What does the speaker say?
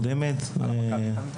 נכון,